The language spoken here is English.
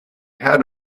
had